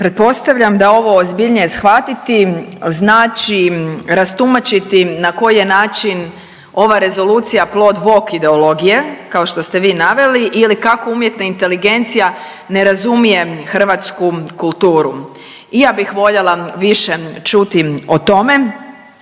Pretpostavljam da ovo ozbiljnije shvatiti znači rastumačiti na koji je način ova rezolucija plod woke ideologije kao što ste vi naveli ili kako umjetna inteligencija ne razumijem hrvatsku kulturu. I ja bih voljela više čuti o tome.